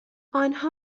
آنها